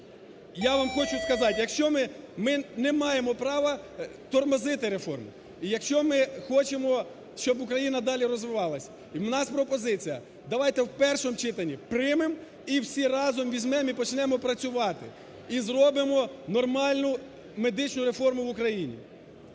я вам хочу сказати, якщо ми… ми не маємо права тормозити реформу, якщо ми хочемо, щоб Україна далі розвивалася. І в нас пропозиція: давайте в першому читанні приймемо – і всі разом візьмем і почнемо працювати, і зробимо нормальну медичну реформу в Україні.